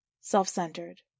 self-centered